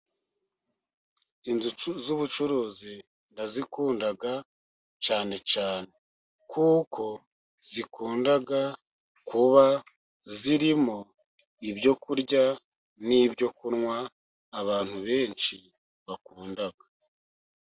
Inzu z'ubucuruzi ndazikunda cyane cyane, kuko zikunda kuba zirimo ibyo kurya n'ibyo kunywa abantu benshi bakunda.